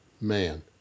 man